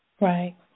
Right